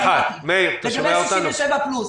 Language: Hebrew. לגבי בני 67 פלוס